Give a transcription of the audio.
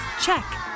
check